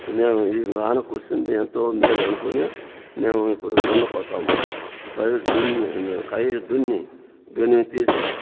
ఈ వాన కురిసింది ఎంతో మేలు అనుకోని మేము ఇప్పుడు దున్ని పోతాం పైరు దున్ని కయ్య దున్ని గెనుము తీసి